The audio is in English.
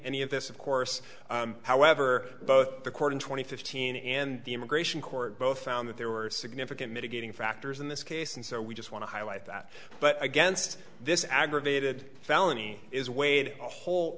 any of this of course however both the court in two thousand and fifteen and the immigration court both found that there were significant mitigating factors in this case and so we just want to highlight that but against this aggravated felony is weighed a whole